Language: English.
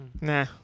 nah